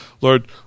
Lord